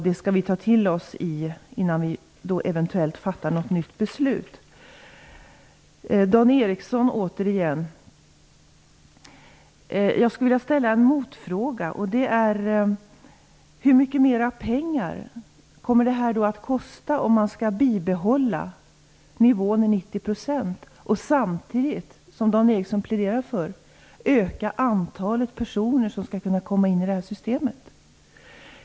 Det skall vi ta till oss innan vi eventuellt fattar något nytt beslut. Så återigen till Dan Ericsson. Jag skulle vilja ställa en motfråga. Hur mycket mer pengar kommer det att kosta om man skall bibehålla nivån 90 % och samtidigt, som Dan Ericsson pläderar för, öka antalet personer som skall kunna komma in i systemet?